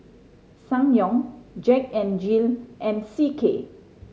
Ssangyong Jack N Jill and C K